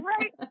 Right